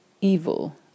Evil